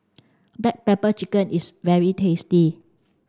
black pepper chicken is very tasty